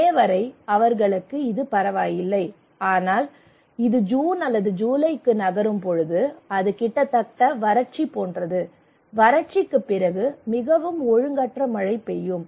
மே வரை அவர்களுக்கு இது பரவாயில்லை ஆனால் இது ஜூன் அல்லது ஜூலைக்கு நகரும் போது அது கிட்டத்தட்ட வறட்சி போன்றது வறட்சிக்குப் பிறகு மிகவும் ஒழுங்கற்ற மழை பெய்யும்